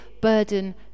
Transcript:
burden